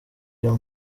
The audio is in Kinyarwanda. iyo